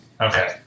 Okay